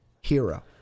hero